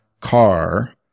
car